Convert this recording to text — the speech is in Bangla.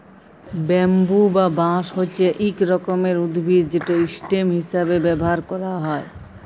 ব্যাম্বু বা বাঁশ হছে ইক রকমের উদ্ভিদ যেট ইসটেম হিঁসাবে ব্যাভার ক্যারা হ্যয়